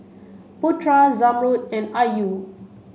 Putra Zamrud and Ayu